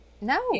No